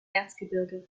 erzgebirge